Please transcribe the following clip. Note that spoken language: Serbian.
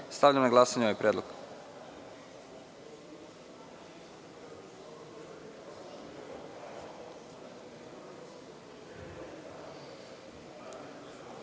Stavljam na glasanje ovaj predlog. Molim